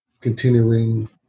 continuing